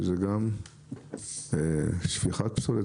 שפיכת פסולת.